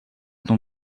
ton